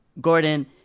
Gordon